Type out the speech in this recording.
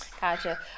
Gotcha